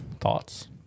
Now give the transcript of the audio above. thoughts